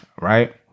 right